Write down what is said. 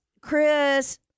Chris